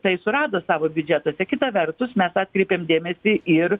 tai surado savo biudžetuose kita vertus mes atkreipėm dėmesį ir